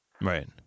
right